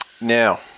Now